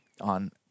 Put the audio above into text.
on